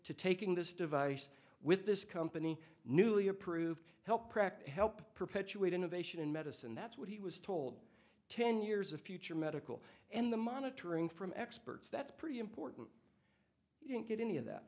to taking this device with this company newly approved help practice help perpetuate innovation in medicine that's what he was told ten years of future medical and the monitoring from experts that's pretty important you don't get any of that